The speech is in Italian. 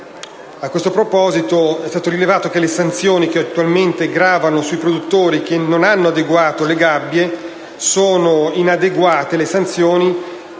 A questo proposito, è stato rilevato che le sanzioni che attualmente gravano sui produttori che non hanno adeguato le gabbie non sono